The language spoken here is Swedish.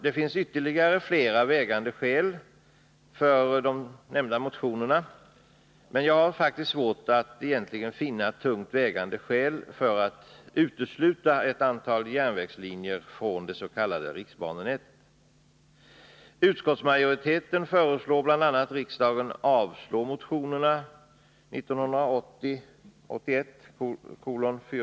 Det finns ännu flera vägande skäl för de tidigare nämnda motionerna, men jag har faktiskt svårt att egentligen finna tungt vägande skäl för att utesluta ett antal järnvägslinjer från det s.k. riksbanenätet.